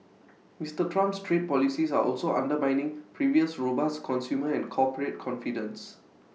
Mister Trump's trade policies are also undermining previously robust consumer and corporate confidence